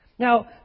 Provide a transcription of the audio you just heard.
Now